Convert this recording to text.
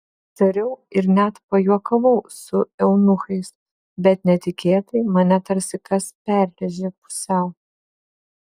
tariau ir net pajuokavau su eunuchais bet netikėtai mane tarsi kas perrėžė pusiau